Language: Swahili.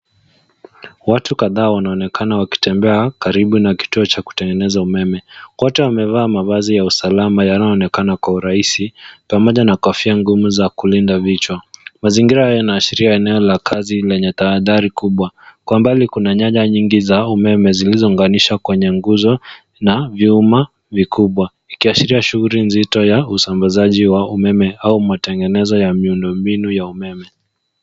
Watu kadhaa wanaonekana wakitembea karibu na kituo cha kutangeneza umeme. Wote wamevaa mavazi ya usalama na wanaonekana kaurahisi pamoja na kofia ngumu za kulinda vichwa. Mazingira yanaashiria eneo la kazi lenye tahadhari kubwa. Kwa mbali kuna nyaya nyingi za umeme zilizounganishwa kwenye nguzo na vyuma vikubwa. Ikiashiria shughuli nzito ya usambazaji wa umeme au matengenezo ya miundo mbinu ya umeme.